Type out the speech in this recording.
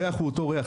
- הריח הוא אותו ריח,